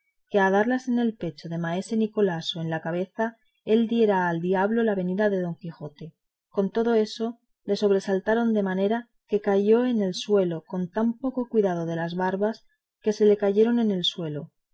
que a darlas en el pecho de maese nicolás o en la cabeza él diera al diablo la venida por don quijote con todo eso le sobresaltaron de manera que cayó en el suelo con tan poco cuidado de las barbas que se le cayeron en el suelo